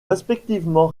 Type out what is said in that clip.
respectivement